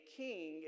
king